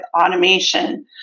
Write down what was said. automation